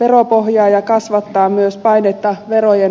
veropohjaa ja kasvattaa myös painetta verojen korotuksiin